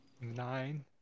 nine